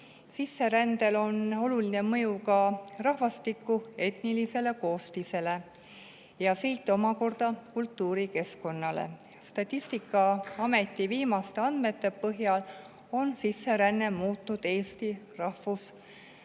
Sisserändel on oluline mõju ka rahvastiku etnilistele koostisele ja see omakorda [mõjutab] kultuurikeskkonda. Statistikaameti viimaste andmete põhjal on sisseränne muutnud Eesti rahvuselist